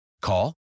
Call